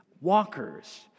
walkers